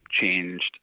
changed